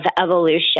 evolution